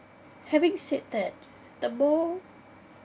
having said that the more